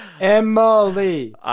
Emily